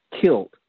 killed